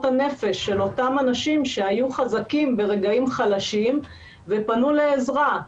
הנפש שהיו חזקים ברגעים חלשים ופנו לעזרה.